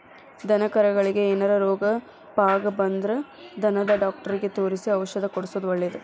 ದನಕರಗಳಿಗೆ ಏನಾರ ರೋಗ ಪಾಗ ಬಂದ್ರ ದನದ ಡಾಕ್ಟರಿಗೆ ತೋರಿಸಿ ಔಷಧ ಕೊಡ್ಸೋದು ಒಳ್ಳೆದ